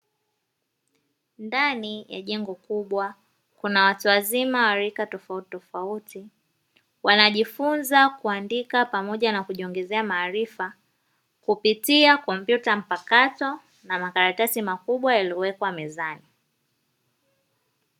Ndani ya jengo kubwa kuna watu wazima wa rika tofauti tofauti, wanajifunza kuandika pamoja na kujiongezea maarifa kupitia komputya mpakato na makaratasi makubwa yaliyowekwa mezani.